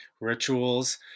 rituals